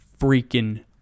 freaking